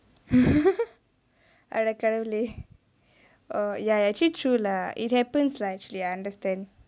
err அட கடவுளே:ade kadavulae err ya actually true lah it happens lah actually I understand